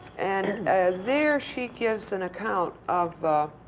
and there she gives an account of